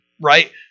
right